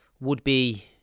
would-be